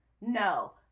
No